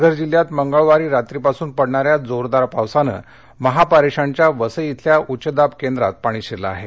पालघर जिल्ह्यात मंगळवार रात्रीपासून पडणाऱ्या जोरदारपावसामुळे महापारेषणच्या वसई शिल्या उच्चदाब केंद्रात पाणी शिरलं आहे